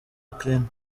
ukraine